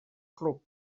club